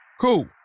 Cool